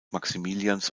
maximilians